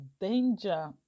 danger